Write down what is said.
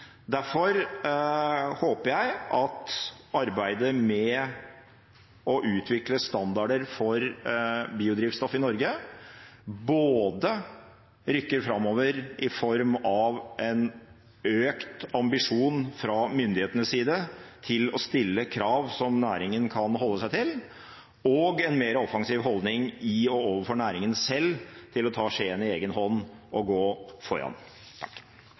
Derfor håper jeg at arbeidet med å utvikle standarder for biodrivstoff i Norge rykker framover, i form av både en økt ambisjon fra myndighetenes side om å stille krav som næringen kan holde seg til, og en mer offensiv holdning i og overfor næringen selv til å ta skjeen i egen hånd og gå foran.